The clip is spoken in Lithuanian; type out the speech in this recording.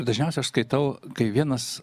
dažniausiai aš skaitau kai vienas